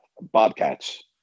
Bobcats